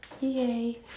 Yay